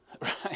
Right